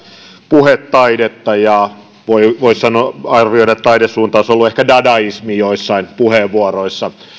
puhetaidetta ja voi arvioida että taidesuuntaus on ollut ehkä dadaismi joissain puheenvuoroissa